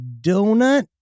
donut